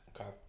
okay